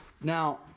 Now